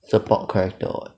support character [what]